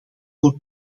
voor